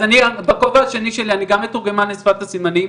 אז אני בכובע השני שלי אני גם מתורגמן לשפת הסימנים,